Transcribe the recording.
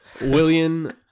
William